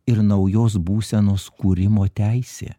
ir naujos būsenos kūrimo teisė